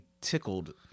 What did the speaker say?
tickled